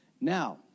Now